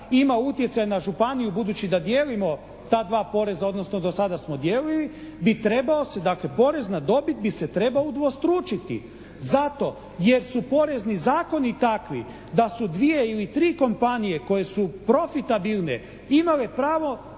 ima utjecaj na županiju budući da dijelimo ta dva poreza, odnosno do sada smo dijelili, bi trebao se dakle porez na dobit bi se trebao udvostručiti zato jer su porezni zakoni takvi da su dvije ili tri kompanije koje su profitabilne imale pravo